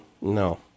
No